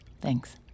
Thanks